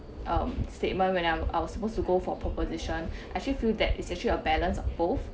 uh statement when I'm I was supposed to go for proposition actually feel that it's actually a balance of both